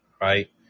right